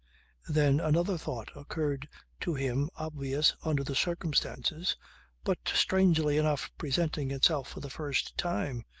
then another thought occurred to him obvious under the circumstances but strangely enough presenting itself for the first time.